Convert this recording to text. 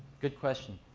good question.